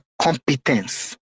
competence